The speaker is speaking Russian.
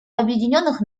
объединенных